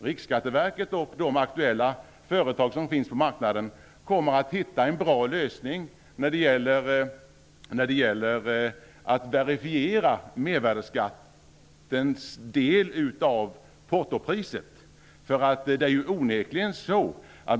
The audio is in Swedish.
Riksskatteverket och de aktuella företag som finns på marknaden kommer att hitta en bra lösning för att verifiera mervärdesskattens del av portopriset.